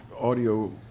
Audio